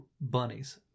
bunnies